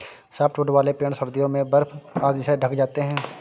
softwood वाले पेड़ सर्दियों में बर्फ आदि से ढँक जाते हैं